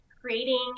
creating